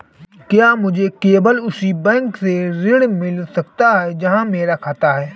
क्या मुझे केवल उसी बैंक से ऋण मिल सकता है जहां मेरा खाता है?